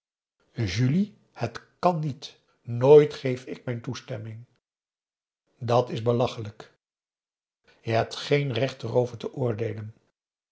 julie het kan niet nooit geef ik mijn toestemming dat is belachelijk je hebt geen recht erover te oordeelen